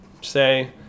say